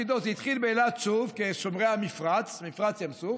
זה התחיל באילת, שוב, כשומרי המפרץ, מפרץ ים סוף,